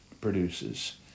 produces